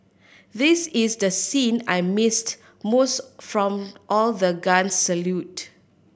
this is the scene I missed most from all the guns salute